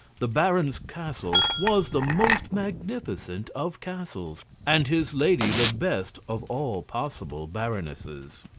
the baron's castle was the most magnificent of castles, and his lady the best of all possible baronesses.